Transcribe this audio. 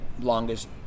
longest